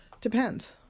Depends